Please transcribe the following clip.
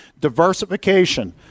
Diversification